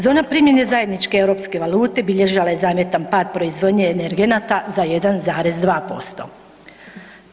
Zona primjene zajedničke europske valute, bilježila je zamjetan pad proizvodnje energenata za 1,2%